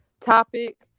topic